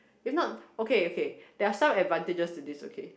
if not okay okay there are some advantages to this okay